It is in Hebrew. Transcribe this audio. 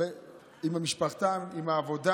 עם משפחתם ועם העבודה.